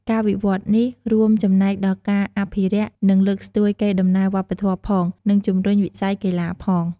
ការវិវឌ្ឍនេះរួមចំណែកដល់ការអភិរក្ស និងលើកស្ទួយកេរដំណែលវប្បធម៌ផង និងជំរុញវិស័យកីឡាផង។